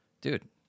dude